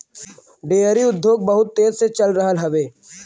dairy उद्योग बहुत तेज चल रहल हउवे